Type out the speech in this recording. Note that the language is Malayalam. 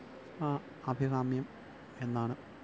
അഭികാമ്യം എന്നാണ്